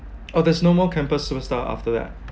oh there's no more campus superstar after that